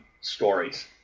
stories